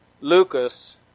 Lucas